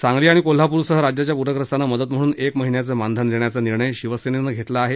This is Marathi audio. सांगली आणि कोल्हापूरसह राज्याच्या पूरग्रस्तांना मदत म्हणून एका महिन्याचं मानधन देण्याचा निर्णय शिवसेनेनं घेतला आहे